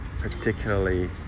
particularly